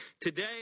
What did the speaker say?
today